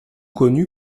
connu